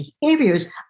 behaviors